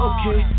Okay